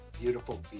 beautiful